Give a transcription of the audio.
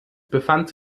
befand